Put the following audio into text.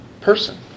person